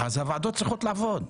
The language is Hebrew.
אז הוועדות צריכות לעבוד.